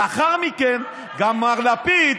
לאחר מכן גם מר לפיד,